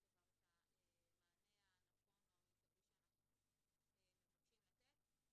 בסופו של דבר את המענה הנכון או המיטבי שאנחנו מבקשים לתת,